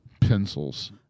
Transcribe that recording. Pencils